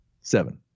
seven